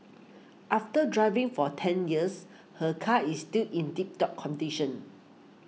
after driving for ten years her car is still in tip top condition